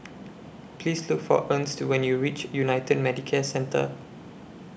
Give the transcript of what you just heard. Please Look For Ernst when YOU REACH United Medicare Centre